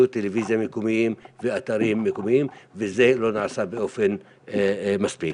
וטלוויזיה מקומיים ואתרים מקומיים וזה לא נעשה באופן מספיק.